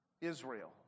Israel